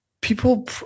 people